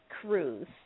cruise